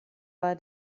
war